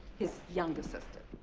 his younger sister.